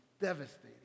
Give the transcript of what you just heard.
devastating